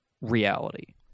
reality